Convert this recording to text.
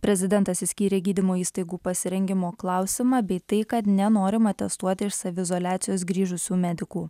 prezidentas išskyrė gydymo įstaigų pasirengimo klausimą bei tai kad nenorima testuoti iš saviizoliacijos grįžusių medikų